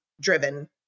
driven